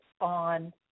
on